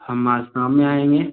हम आज शाम में आएँगे